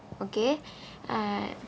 okay uh